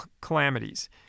calamities